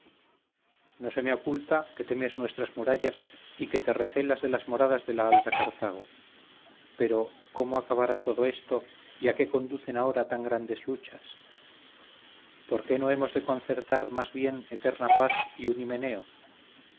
no se me oculta que temes nuestras murallas y que te recelas de las moradas de la alta cartago pero como acabará todo esto y a qué conducen ahora tan grandes luchas por qué no hemos de concertar más bien eterna paz y un himeneo